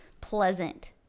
pleasant